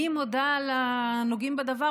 אני מודה לנוגעים בדבר,